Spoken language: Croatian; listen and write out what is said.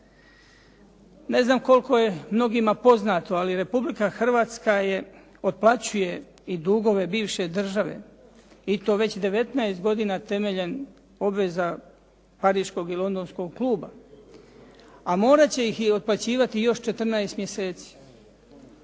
Ne znam mnogima poznato ali Republika Hrvatska otplaćuje i dugove bivše države i to već 19 godina temeljem obveza Pariškog i Londonskog kluba, a morat će ih isplaćivati još 14 mjeseci.